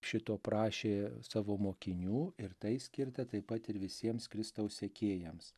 šito prašė savo mokinių ir tai skirta taip pat ir visiems kristaus sekėjams